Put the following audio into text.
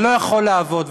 זה לא יכול לעבוד,